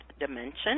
dimension